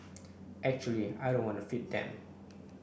actually I don't want to feed them